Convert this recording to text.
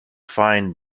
fine